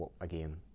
again